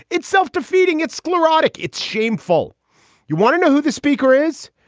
it's self-defeating. it's sclerotic. it's shameful you want to know who the speaker is?